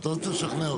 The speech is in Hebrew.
אתה לא צריך לשכנע אותי.